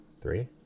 three